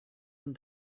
and